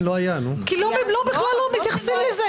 בכלל לא מתייחסים לזה,